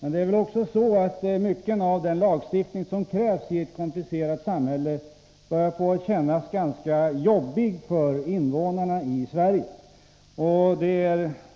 Men det är också så att mycket av den lagstiftning som krävs i ett komplicerat samhälle som Sverige börjar kännas ganska jobbig för invånarna.